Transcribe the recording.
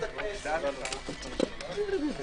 17:44.